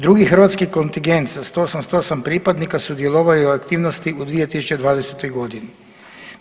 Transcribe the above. Drugi hrvatski kontingent sa 188 pripadnika sudjelovao je i u aktivnosti u 2020.g.